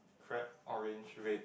crab orange red